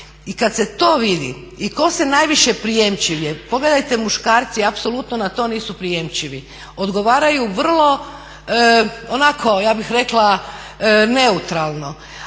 I kad se to vidi i ko se najviše prijemči, pogledajte muškarci apsolutno na to nisu prijemčivi. Odgovaraju vrlo, onako ja bih rekla neutralno.